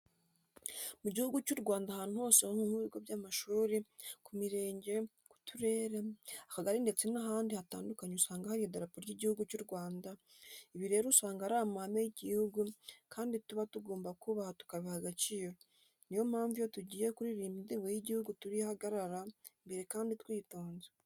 Mu Gihugu cy'u Rwanda ahantu hose nko ku bigo by'amashuri, ku mirenge, ku turere, akagari ndetse n'ahandi hatandukanye usanga hari idarapo ry'Igihugu cy'u Rwanda, ibi rero usanga ari amahame y'igihugu kandi tuba tugomba kubaha tukabiha agaciro, niyo mpamvu iyo tugiye kuririmba indirimbo y'igihugu turihagarara imbere kandi twitonze.